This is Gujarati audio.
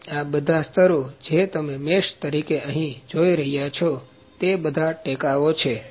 આમ આ બધા સ્તરો જે તમે મેશ તરીકે અહી જોઈ રહયા છો તે બધા ટેકાઓ છે